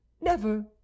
never